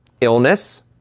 illness